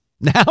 Now